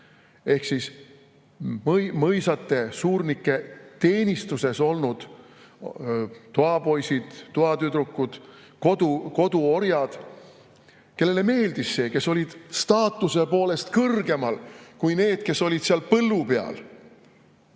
mõisate, suurnike teenistuses olnud toapoisid, toatüdrukud, koduorjad, kellele see meeldis, kes olid staatuse poolest kõrgemal kui need, kes olid põllu peal. House